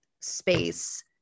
space